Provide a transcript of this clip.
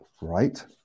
right